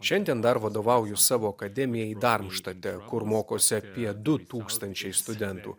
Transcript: šiandien dar vadovauju savo akademijai darmštate kur mokosi apie du tūkstančiai studentų